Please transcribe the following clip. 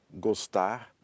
gostar